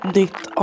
nytt